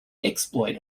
exploit